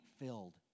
filled